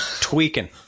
tweaking